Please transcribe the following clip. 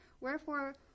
wherefore